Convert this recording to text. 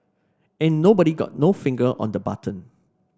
ain't nobody got no finger on the button